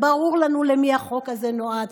ברור לנו למי החוק הזה נועד.